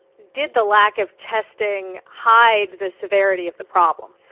did the lack of testing hide the severity of the problem?